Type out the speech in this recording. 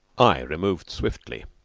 i removed swiftly.